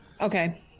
Okay